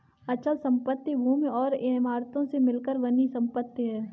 अचल संपत्ति भूमि और इमारतों से मिलकर बनी संपत्ति है